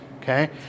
okay